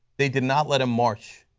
they did not let him march.